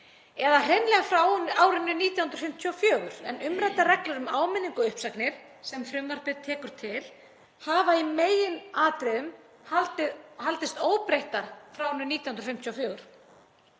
eða hreinlega frá árinu 1954? Umræddar reglur um áminningu og uppsögn, sem frumvarpið tekur til, hafa í meginatriðum haldist óbreyttar frá árinu 1954.